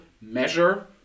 measure